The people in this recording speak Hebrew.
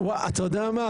אתה יודע מה?